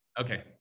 Okay